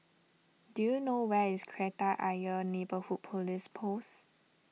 do you know where is Kreta Ayer Neighbourhood Police Post